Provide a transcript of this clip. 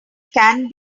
can